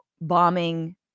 bombing